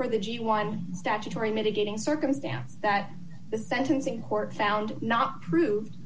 for the g one statutory mitigating circumstance that the sentencing court found not proved